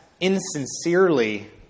insincerely